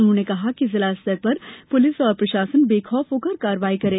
उन्होंने कहा कि जिला स्तर पर पुलिस और प्रशासन बैखोफ होकर कार्यवाही करे